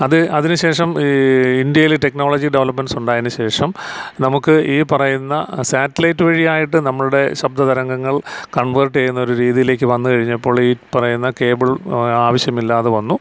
അത് അതിനു ശേഷം ഇന്ത്യയിൽ ടെക്നോളജി ഡെവലപ്പ്മെന്റ്സ് ഉണ്ടായതിന് ശേഷം നമുക്ക് ഈ പറയുന്ന സാറ്റ്ലൈറ്റ് വഴിയായിട്ട് നമ്മളുടെ ശബ്ദ തരംഗങ്ങൾ കൺവേർട്ട് ചെയ്യുന്ന ഒരു രീതിയിലേക്ക് വന്നു കഴിഞ്ഞപ്പോൾ ഈ പറയുന്ന കേബിൾ ആവശ്യമില്ലാതെവന്നു